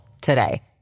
today